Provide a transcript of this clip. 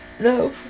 No